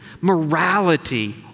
morality